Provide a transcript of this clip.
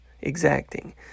exacting